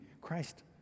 Christ